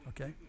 okay